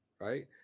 right